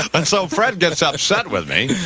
and so, fred, get us out of set with me.